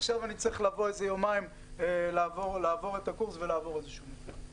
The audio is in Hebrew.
עכשיו אני צריך יומיים לעבור את הקורס ולעבור איזה מבחן.